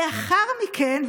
לאחר מכן,